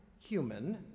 human